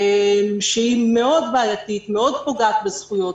שהיא בעייתית מאוד ופוגעת מאוד בזכויות.